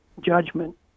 judgment